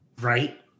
right